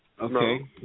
Okay